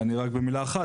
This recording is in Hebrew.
ואני רק במילה אחת,